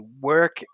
work